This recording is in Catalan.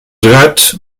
gats